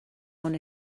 one